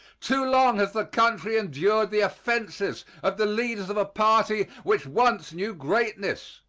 too long has the country endured the offenses of the leaders of a party which once knew greatness.